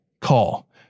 call